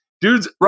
dudes